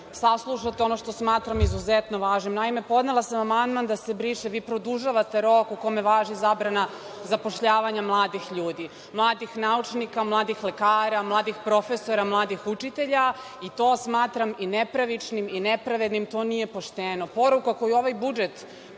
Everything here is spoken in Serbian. saslušate ono što smatram izuzetno važnim. Naime, podnela sam amandman da se briše, a vi produžavate rok u kome važi zabrana zapošljavanja mladih ljudi, mladih naučnika, mladih lekara, mladih profesora, mladih učitelja. To smatram i nepravičnim i nepravednim. To nije pošteno. Poruka koju ovaj budžet